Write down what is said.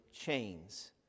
chains